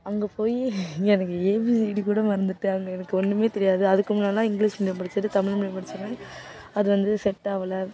அங்கே போய் எனக்கு ஏ பி சி டி கூட மறந்துவிட்டு அங்கே எனக்கு ஒன்றுமே தெரியாது அதுக்கு முன்னாடிலாம் இங்கிலீஷ் மீடியம் படிச்சுட்டு தமிழ் மீடியம் படித்தது வந்து அது வந்து செட் ஆகல